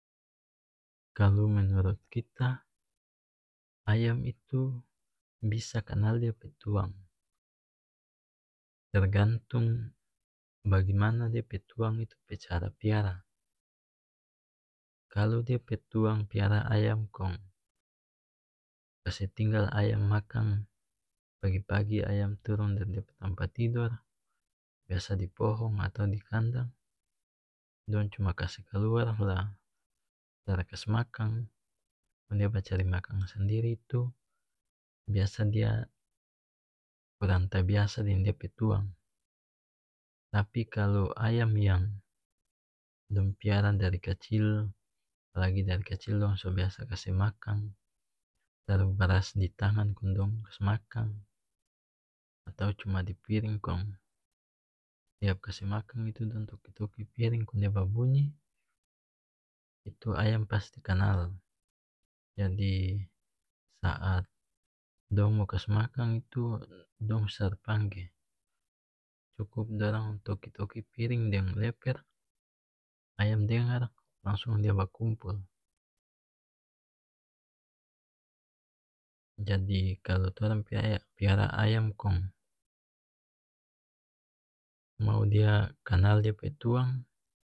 Kalu menurut kita ayam itu bisa kanal dia pe tuang tergantung bagimana dia pe tuang itu pe cara piara kalu dia pe tuang piara ayam kong kase tinggal ayam makang pagi pagi ayam turung dari dia pe tampa tidor biasa dipohon atau dikandang dong cuma kase kaluar la tara kas makang kong dia bacari makang sandiri tu biasa dia kurang ta biasa deng dia pe tuang tapi kalu ayam yang dong piara dari kacil apalagi dari kacil dong so biasa kase makang taru baras ditangan kong dong kas makang atau cuma dipiring kong tiap kase makang itu dong toki toki piring kong dia babunyi itu ayam pasti kanal yang di saat dong mo kase makang itu dong pangge cukup dorang toki toki piring deng leper ayam dengar langsung dia bakumpul jadi kalu torang piara ayam kong mau dia kanal dia pe tuang